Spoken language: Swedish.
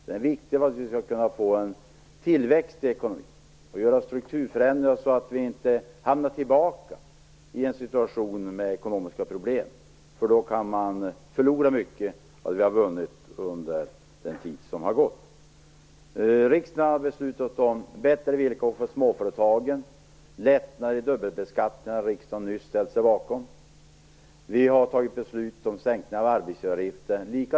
Den är viktig för att vi skall kunna få en tillväxt i ekonomin och göra strukturförändringar så att vi inte återigen hamnar i en situation med ekonomiska problem, för då kan vi förlora mycket av det vi har vunnit under den tid som har gått. Riksdagen har beslutat om bättre villkor för småföretagen och lättnader i dubbelbeskattningen - dem har riksdagen nyss ställt sig bakom - och vi har fattat beslut om en sänkning av arbetsgivaravgifter.